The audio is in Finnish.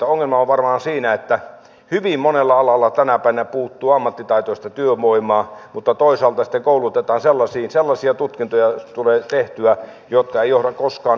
ongelma on varmaan siinä että hyvin monella alalla tänä päivänä puuttuu ammattitaitoista työvoimaa mutta toisaalta sitten koulutetaan sellaisiin tutkintoihin sellaisia tutkintoja tulee tehtyä jotka eivät johda koskaan ammattiin